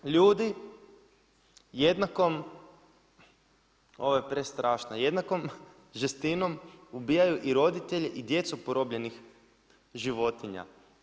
Ljudi jednakom, ovo je prestrašno, jednakom žestinom ubijaju i roditelje i djecu porobljenih životinja.